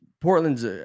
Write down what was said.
Portland's